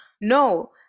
No